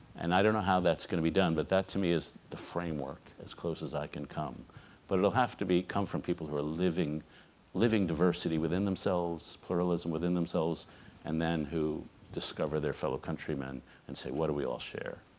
and i don't know how that's gonna be done but that to me is the framework as close as i can come but it'll have to be come from people who are living living diversity within themselves pluralism within themselves and then who discover their fellow countrymen and say what do we all share